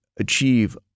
Achieve